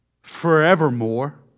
forevermore